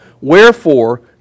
Wherefore